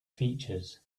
features